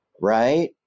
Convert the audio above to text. Right